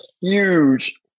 huge